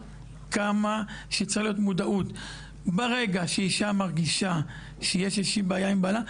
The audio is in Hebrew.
כמה שצריכה להיות מודעות ברגע שאשה מרגישה שיש איזושהי בעיה עם בעלה,